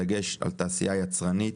בדגש על תעשייה יצרנית,